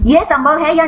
यह संभव है या नहीं